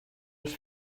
els